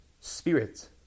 spirit